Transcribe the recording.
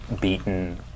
beaten